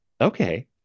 Okay